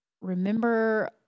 remember